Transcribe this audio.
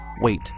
wait